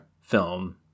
Film